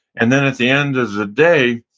and then at the end of the day,